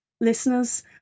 listeners